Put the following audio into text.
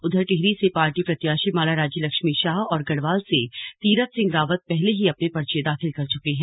उधर टिहरी से पार्टी प्रत्याशी माला राज्यलक्ष्मी शाह और गढ़वाल से तीरथ सिंह रावत पहले ही अपने पर्चे दाखिल कर चुके हैं